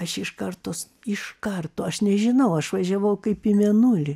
aš iš kartos iš karto aš nežinau aš važiavau kaip į mėnulį